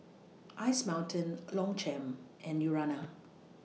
Ice Mountain Longchamp and Urana